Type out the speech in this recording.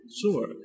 Sure